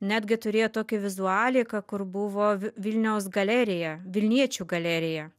netgi turėjo tokią vizualiką kur buvo vilniaus galerija vilniečių galerija